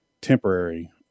temporary